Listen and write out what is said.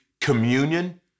communion